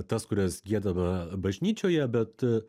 tas kurias giedame bažnyčioje bet